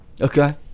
Okay